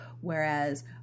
Whereas